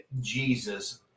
Jesus